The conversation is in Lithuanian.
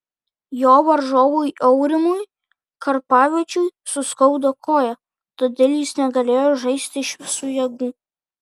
jo varžovui aurimui karpavičiui suskaudo koją todėl jis negalėjo žaisti iš visų jėgų